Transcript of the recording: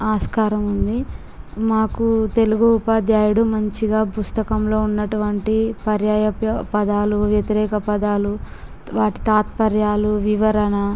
ఆస్కారం ఉంది మాకు తెలుగు ఉపాధ్యాయుడు మంచిగా పుస్తకంలో ఉన్నటువంటి పర్యాయ పదాలు వ్యతిరేఖ పదాలు వాటి తాత్పర్యాలు వివరణ